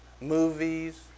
movies